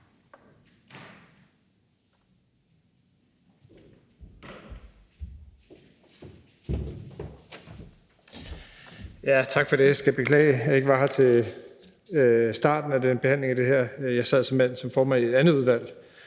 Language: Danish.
Tak for det. Jeg skal beklage, at jeg ikke var her ved starten af behandlingen af det her. Jeg sad simpelt hen som formand for et udvalg